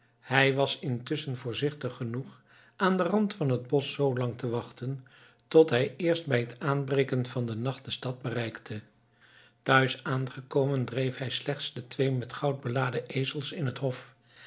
hij was intusschen voorzichtig genoeg aan den rand van het bosch zoo lang te wachten tot hij eerst bij t aanbreken van den nacht de stad bereikte thuis aangekomen dreef hij slechts de twee met goud beladen ezels in den hof